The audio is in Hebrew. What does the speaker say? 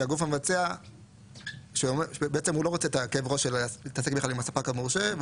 שבו הגוף המבצע לא רוצה להתעסק עם הספק המורשה,